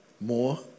more